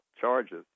charges